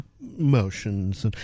motions